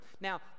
Now